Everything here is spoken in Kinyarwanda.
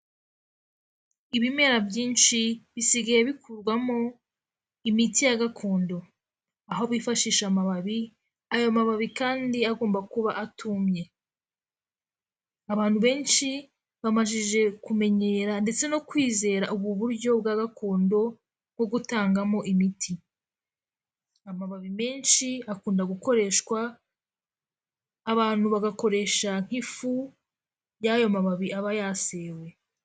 Ibimera byinshi bisigaye bikurwamo imiti ya gakondo aho bifashisha amababi, ayo mababi kandi agomba kuba atumye, abantu benshi bamajije kumenyera ndetse no kwizera ubu buryo bwa gakon bwo gutangamo imiti, amababi menshi akunda gukoreshwa, abantu bagakoresha nk'ifu y'ayo mababi aba yasewe.